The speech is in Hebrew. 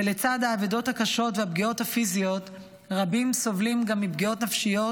ולצד האבדות הקשות והפגיעות הפיזיות רבים סובלים גם מפגיעות נפשיות